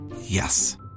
Yes